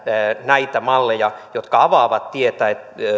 näitä malleja jotka avaavat tietä